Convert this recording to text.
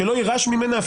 שלא יירש ממנה,